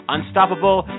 Unstoppable